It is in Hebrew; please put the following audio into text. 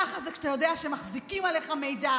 ככה זה כשאתה יודע שמחזיקים עליך מידע,